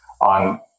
on